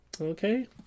Okay